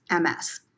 MS